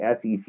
SEC